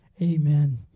Amen